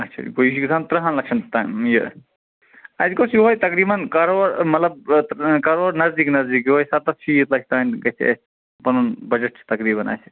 اَچھا گوٚو یہِ چھُ گَژھان ترٕٛہن لَچھن تام یہِ اَسہِ گوٚژھ یِہَے تقریٖن کرور مطلب کرور نٔزدیٖک نٔزدیٖک یَہےَ سَتتھ شیٖتھ لچھ تانۍ گَژھِ ہے اَسہِ پنُن بجٹ چھُ تقریٖباً اَسہِ